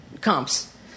comps